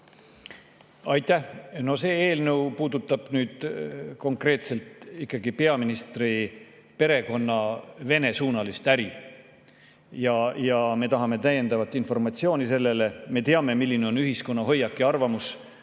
Aitäh! No see eelnõu puudutab konkreetselt ikkagi peaministri perekonna Vene-suunalist äri. Me tahame selle kohta täiendavat informatsiooni. Me teame, milline on ühiskonna hoiak ja arvamus